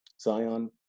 Zion